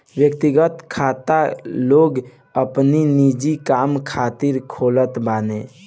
व्यक्तिगत खाता लोग अपनी निजी काम खातिर खोलत बाने